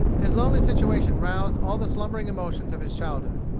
his lonely situation roused all the slumbering emotions of his childhood.